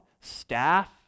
staff